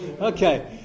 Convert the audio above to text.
Okay